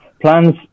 plans